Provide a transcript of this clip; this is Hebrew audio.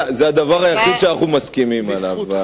זה הדבר היחיד שאנחנו מסכימים עליו.